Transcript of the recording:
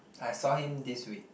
I saw him this week